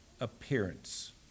appearance